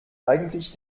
eigentlich